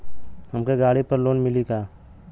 हमके गाड़ी पर लोन मिली का?